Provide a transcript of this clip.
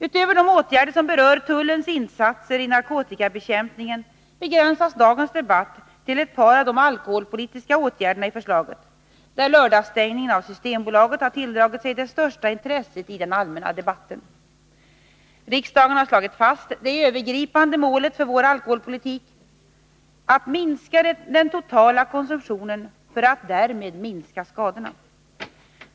Utöver de åtgärder som berör tullens insatser i narkotikabekämpningen begränsas dagens debatt till ett par av de alkoholpolitiska åtgärderna i förslaget, där lördagsstängningen av systembutikerna har tilldragit sig det största intresset i den allmänna debatten. Riksdagen har slagit fast det övergripande målet för vår alkoholpolitik — att minska den totala konsumtionen för att därmed minska skadorna.